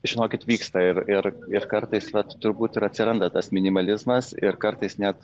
žinokit vyksta ir ir ir kartais vat turbūt ir atsiranda tas minimalizmas ir kartais net